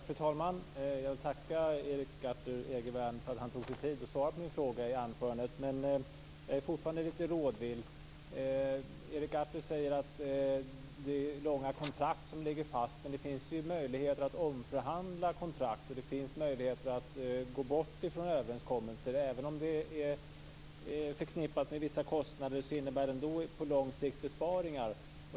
Fru talman! Jag vill tacka Erik Arthur Egervärn för att han tog sig tid att svara på min fråga i anförandet. Men jag är fortfarande lite rådvill. Erik Arthur säger att det är långa kontrakt som ligger fast. Men det finns ju möjligheter att omförhandla kontrakt. Det finns möjligheter att gå bort från överenskommelser. Även om det är förknippat med vissa kostnader innebär det på lång sikt besparingar.